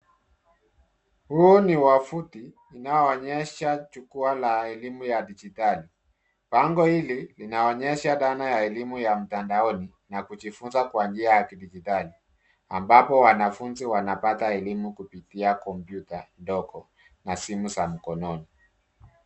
Huu ni wavuti unao onyesha jukwaa la elimu ya digitali. Bango hili linawanyesha dana ya elimu ya mtandaoni na kujifunza kwa njia ya kidigitali. Ambapo wanafunzi wanapata elimu kupitia komputa ndogo, na simu za mkononi.